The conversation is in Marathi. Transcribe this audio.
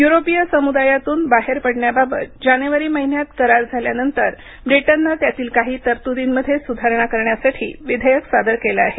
युरोपीय समुदायातून बाहेर पडण्याबाबत जानेवारी महिन्यात करार झाल्यानंतर ब्रिटननं त्यातील काही तरतुदींमध्ये सुधारणा करण्यासाठी विधेयक सादर केलं आहे